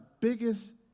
biggest